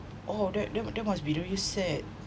oh that that must be really sad